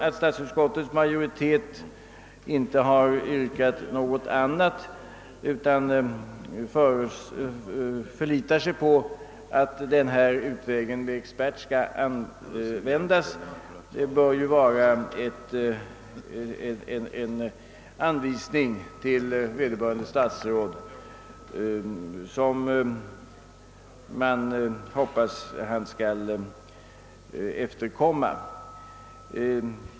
Att statsutskottets majoritet inte har yrkat något annat, utan förlitar sig på att denna utväg med expert skall användas, bör vara en anvisning till vederbörande statsråd, som man hoppas att han skall efterkomma.